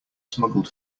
smuggled